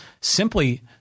simply